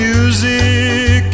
Music